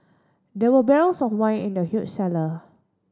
there were barrels of wine in the huge cellar